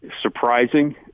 surprising